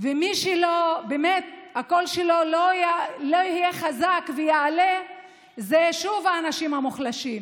מי שהקול שלו לא יהיה חזק ויעלה זה שוב האנשים המוחלשים,